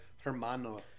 Hermano